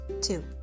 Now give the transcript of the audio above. two